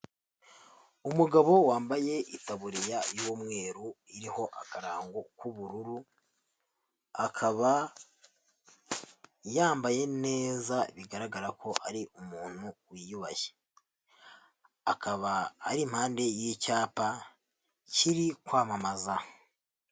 Umugabo wambaye itaburiya y'umweru iriho akarango k'ubururu, akaba yambaye neza bigaragara ko ari umuntu wiyubashye, akaba ari impande y'icyapa kiri kwamamaza.